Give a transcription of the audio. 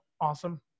awesome